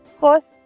First